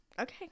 Okay